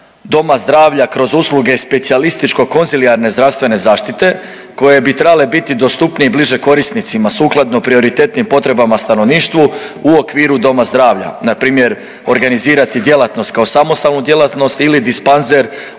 doma zdravlja kroz usluge specijalističko-konzilijarne zdravstvene zaštite koje bi trebale biti dostupnije i bliže korisnicima, sukladno prioritetnim potrebama stanovništvu u okviru doma zdravlja, npr. organizirati djelatnost kao samostalnu djelatnost ili dispanzer